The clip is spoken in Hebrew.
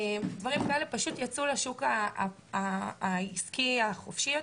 דברים כאלה, פשוט יצאו לשוק העסקי החופשי יותר.